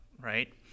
right